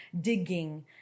digging